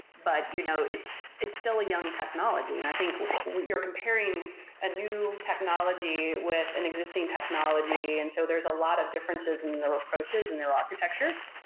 but you know it's it's still a young technology. and i think you're comparing a new technology with an existing technology. and so there're a lot of differences in their approaches, in their architectures.